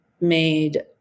made